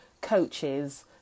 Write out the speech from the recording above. coaches